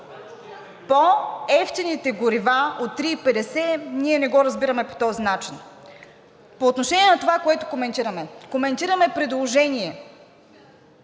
По-евтините горива от 3,50 ние не го разбираме по този начин. По отношение на това, което коментираме. Коментираме предложение